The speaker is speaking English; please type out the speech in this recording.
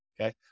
Okay